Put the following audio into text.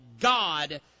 God